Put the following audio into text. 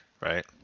right